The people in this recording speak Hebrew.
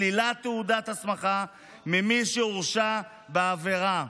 שלילת תעודת הסמכה ממי שהורשע בעבירה,